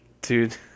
Dude